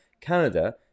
Canada